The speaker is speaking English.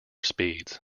speeds